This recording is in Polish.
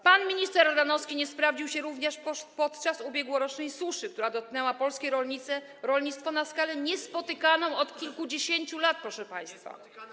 Pan minister Ardanowski nie sprawdził się również podczas ubiegłorocznej suszy, która dotknęła polskie rolnictwo na skalę niespotykaną od kilkudziesięciu lat, proszę państwa.